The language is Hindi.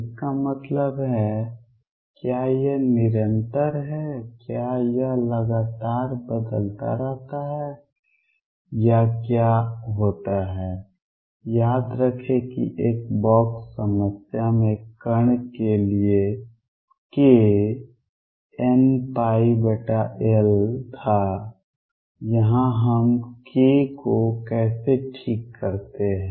इसका मतलब है क्या यह निरंतर है क्या यह लगातार बदलता रहता है या क्या होता है याद रखें कि एक बॉक्स समस्या में कण के लिए k nπL था यहाँ हम k को कैसे ठीक करते हैं